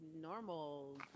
normal